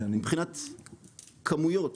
מבחינת כמויות,